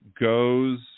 goes